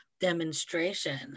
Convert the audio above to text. demonstration